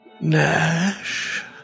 Nash